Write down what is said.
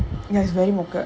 ya is very மொக்க:mokka